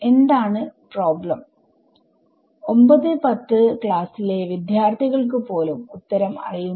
എന്താണ് പ്രോബ്ലം910 വിദ്യാർത്ഥികൾക്ക് പോലും ഉത്തരം അറിയുന്നത്